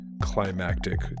Climactic